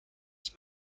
ich